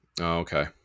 okay